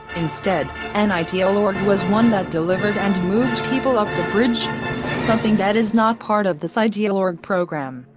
instead, an ideal org was one that delivered and moved people up the bridge something that is not part of this ideal org program.